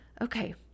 okay